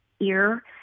ear